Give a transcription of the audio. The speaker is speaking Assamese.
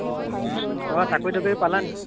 ক'ৰবাত চাকৰি তাকৰি পালা নেকি